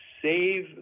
Save